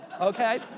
okay